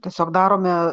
tiesiog darome